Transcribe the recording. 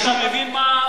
אתה מבין מה,